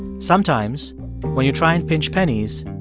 sometimes when you try and pinch pennies,